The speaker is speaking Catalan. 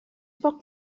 poc